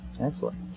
Excellent